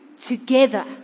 together